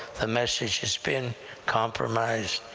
the message has been compromised,